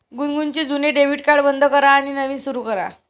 गुनगुनचे जुने debit card बंद करा आणि नवीन सुरू करा